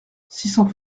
cents